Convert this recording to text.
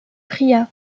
pria